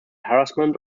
harassment